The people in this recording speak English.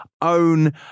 own